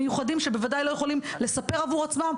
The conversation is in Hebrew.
המיוחדים שבוודאי לא יכולים לספר עבור עצמם,